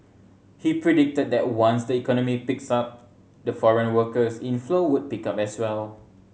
he predicted that once the economy picks up the foreign workers inflow would pick up as well